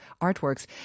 artworks